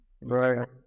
Right